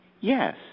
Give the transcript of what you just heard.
Yes